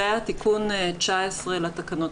זה היה תיקון 19 לתקנות.